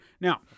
Now